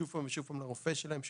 שוב ושוב לרופא שלהם,